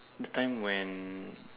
the time when